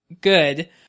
good